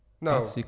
No